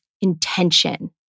intention